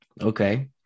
Okay